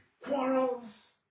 quarrels